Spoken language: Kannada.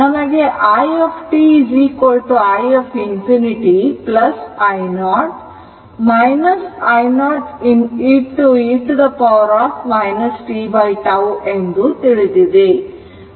ನಮಗೆ i t i ∞ i0 i ∞ e t tτ ಎಂದು ತಿಳಿದಿದೆ